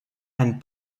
and